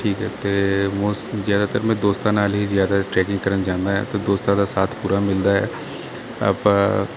ਠੀਕ ਹੈ ਅਤੇ ਮੋਸ ਜ਼ਿਆਦਾਤਰ ਮੈਂ ਦੋਸਤਾਂ ਨਾਲ ਹੀ ਜ਼ਿਆਦਾ ਟਰੈਕਿੰਗ ਕਰਨ ਜਾਂਦਾ ਹਾਂ ਅਤੇ ਦੋਸਤਾਂ ਦਾ ਸਾਥ ਪੂਰਾ ਮਿਲਦਾ ਹੈ ਆਪਾਂ